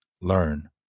learn